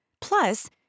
Plus